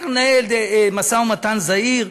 צריך לנהל משא-ומתן זהיר,